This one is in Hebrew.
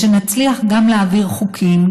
ושנצליח גם להעביר חוקים,